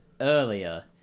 earlier